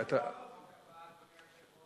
אז אולי נעבור לחוק הבא, אדוני היושב-ראש?